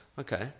Okay